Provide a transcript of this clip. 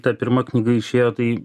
ta pirma knyga išėjo tai